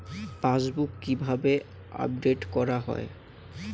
Passbook কিভাবে update করা হয়?